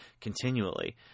continually